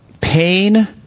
pain